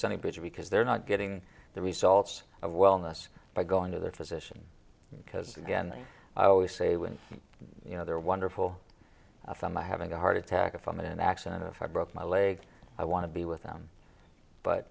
senate because they're not getting the results of wellness by going to their physician because again i always say when you know they're wonderful from my having a heart attack if i'm in an accident if i broke my leg i want to be with them but